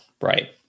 right